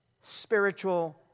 spiritual